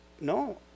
no